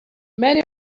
many